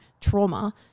trauma